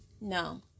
No